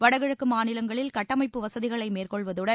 வடகிழக்கு மாநிலங்களில் கட்டமைப்பு வசதிகளை மேற்கொள்வதுடன்